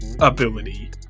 ability